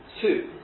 Two